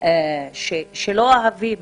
לא אוהבים